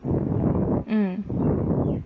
mm